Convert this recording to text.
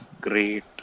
great